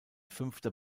fünfter